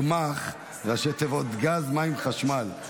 גמ"ח, ראשי תיבות: גז, מים, חשמל.